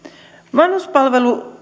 vanhuspalvelulaki